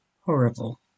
horrible